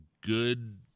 good